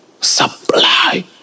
Supply